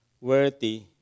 worthy